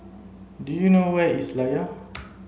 do you know where is Layar